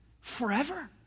forever